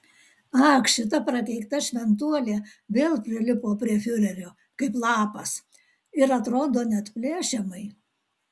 ak šita prakeikta šventuolė vėl prilipo prie fiurerio kaip lapas ir atrodo neatplėšiamai